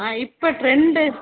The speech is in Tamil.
ஆ இப்போ ட்ரெண்டு